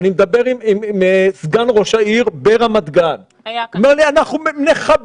אני מדבר עם סגן ראש העיר ברמת גן והוא אומר לי שהם יחבקו